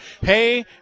Hey